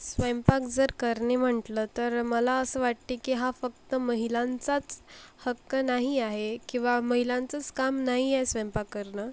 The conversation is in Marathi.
स्वयंपाक जर करणे म्हंटलं तर मला असं वाटते की हा फक्त महिलांचाच हक्क नाही आहे किंवा महिलांचंच काम नाही आहे स्वयंपाक करणं